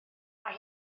mae